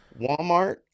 walmart